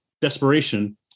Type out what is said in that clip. Desperation